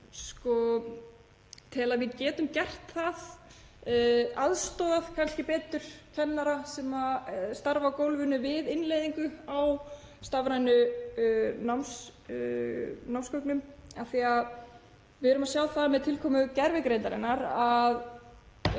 tel að við getum gert það, aðstoðað kannski betur kennara sem starfa á gólfinu við innleiðingu á stafrænum námsgögnum. Við erum að sjá það með tilkomu gervigreindarinnar að